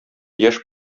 яшь